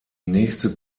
nächste